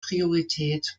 priorität